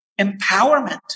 empowerment